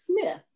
Smith